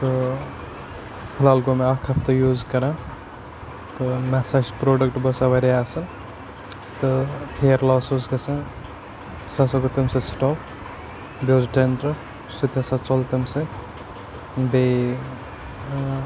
تہٕ فی الحال گوٚو مےٚ اَکھ ہفتہٕ یوٗز کَران تہٕ مےٚ ہَسا چھِ پرٛوڈَکٹہٕ باسان واریاہ اصٕل تہٕ ہِیر لاس اوٗس گژھان سُہ ہَسا گوٚو تَمہِ سۭتۍ سِٹاپ بیٚیہِ اوٗس ڈینڈرٛف سُہ تہِ ہَسا ژوٚل تَمہِ سۭتۍ بیٚیہِ ٲں